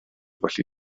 felly